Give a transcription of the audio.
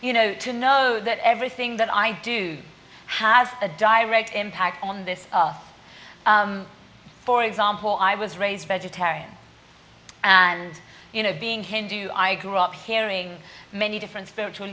you know to know that everything that i do has a direct impact on this earth for example i was raised vegetarian and you know being hindu i grew up hearing many different spiritual